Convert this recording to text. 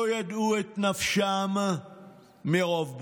לא ידעו את נפשם מרוב בושה.